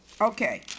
Okay